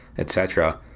etc,